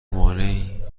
مانعی